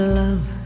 love